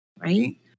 right